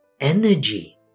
energy